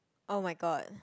[oh]-my-god